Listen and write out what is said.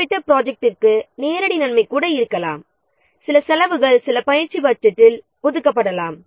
குறிப்பிட்ட ப்ராஜெக்ட்டிற்கு நேரடி நன்மை கூட இருக்கலாம் சில செலவுகள் ட்ரெய்னிங் பட்ஜெட்டில் ஒதுக்கப்படலாம்